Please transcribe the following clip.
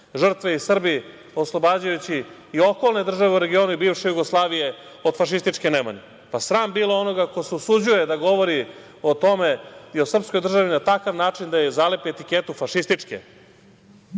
žrtve, i Srbi, oslobađajući i okolne države u regionu i bivše Jugoslavije od fašističke nemani. Pa, sram bilo onoga ko se usuđuje da govori o tome i o srpskoj državi na takav način da joj zalepi etiketu fašističke. Naravno,